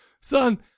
son